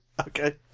Okay